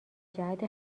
جهت